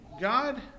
God